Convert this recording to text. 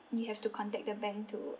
you have to contact the bank to